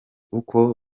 uko